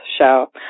show